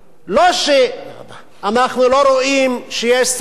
לא שאנחנו לא רואים שיש סיבות